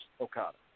Okada